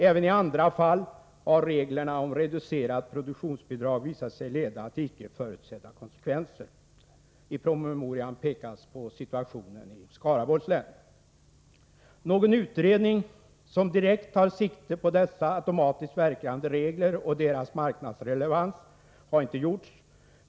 Även i andra fall har reglerna om reducerat produktionsbidrag visat sig leda till icke förutsedda konsekvenser. I promemorian pekas på situationen i Skaraborgs län. Någon utredning, som direkt tar sikte på dessa automatiskt verkande regler och deras marknadsrelevans, har inte gjorts.